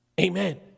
Amen